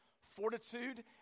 fortitude